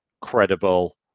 credible